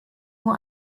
nur